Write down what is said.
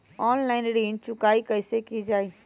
Online ऋण चुकाई कईसे की ञाई?